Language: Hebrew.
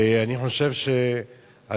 ואני חושב שהדה-לגיטימציה,